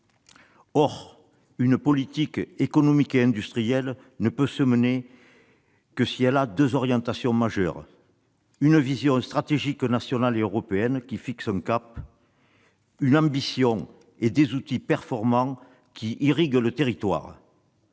Or une politique économique et industrielle ne peut se mener que si elle a deux orientations majeures : d'une part, une vision stratégique nationale et européenne qui fixe un cap ; d'autre part, une ambition et des outils performants qui irriguent le territoire.